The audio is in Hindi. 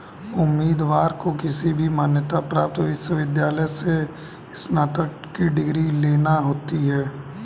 उम्मीदवार को किसी भी मान्यता प्राप्त विश्वविद्यालय से स्नातक की डिग्री लेना होती है